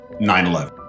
9-11